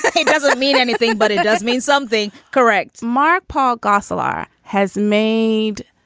it doesn't mean anything, but it does mean something. correct mark paul gosal r has made